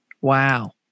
Wow